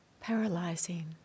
paralyzing